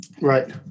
Right